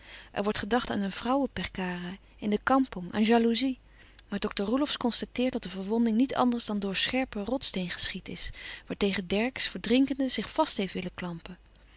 er wordt gedacht aan een vrouweperkara in de kampong aan jaloezie maar dokter roelofsz constateert dat de verwonding niet anders dan door scherpe rotssteen geschied is waartegen dercksz verdrinkende zich vast heeft willen klampen